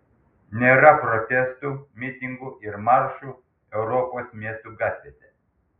nėra protestų mitingų ir maršų europos miestų gatvėse